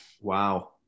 Wow